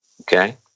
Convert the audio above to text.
Okay